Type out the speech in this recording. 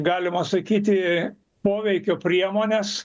galima sakyti poveikio priemones